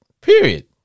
Period